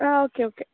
ആ okay okay